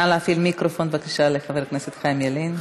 נא להפעיל מיקרופון, בבקשה, לחבר הכנסת חיים ילין.